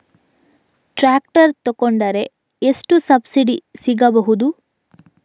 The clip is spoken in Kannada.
ಟ್ರ್ಯಾಕ್ಟರ್ ತೊಕೊಂಡರೆ ಎಷ್ಟು ಸಬ್ಸಿಡಿ ಸಿಗಬಹುದು?